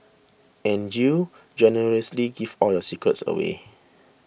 and you generously give all your secrets away